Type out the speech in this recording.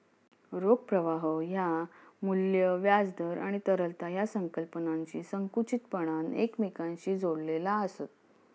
रोख प्रवाह ह्या मू्ल्य, व्याज दर आणि तरलता या संकल्पनांशी संकुचितपणान एकमेकांशी जोडलेला आसत